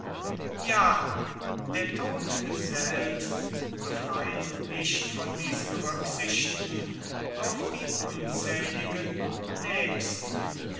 ja der tod selbst befreit nicht von diesen rücksichten auf die unzähligen nächsten